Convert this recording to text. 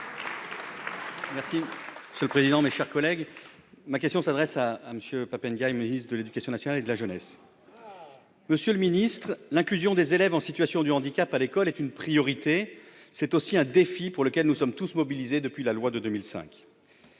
Vial, pour le groupe Les Républicains. Ma question s'adresse à M. le ministre de l'éducation nationale et de la jeunesse. Monsieur le ministre, l'inclusion des élèves en situation de handicap à l'école est une priorité. C'est aussi un défi pour lequel nous sommes tous mobilisés depuis la loi de 2005.